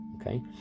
okay